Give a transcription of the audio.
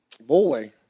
Boy